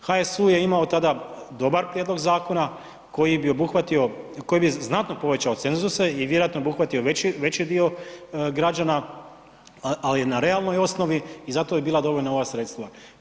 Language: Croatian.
HSU je imao tada dobar prijedlog zakona koji bi obuhvatio, koji bi znatno povećao cenzuse i vjerovatno obuhvatio veći dio građana ali na realnom osnovi i zato bi bila dovoljna ova sredstva.